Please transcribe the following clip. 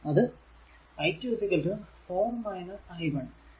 അത് i2 4 i 1